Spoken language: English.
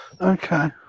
Okay